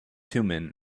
thummim